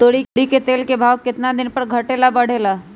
तोरी के तेल के भाव केतना दिन पर घटे ला बढ़े ला?